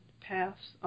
paths